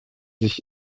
sich